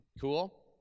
cool